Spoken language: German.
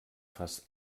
fast